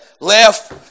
left